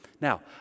Now